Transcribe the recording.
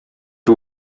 буй